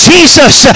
Jesus